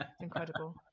Incredible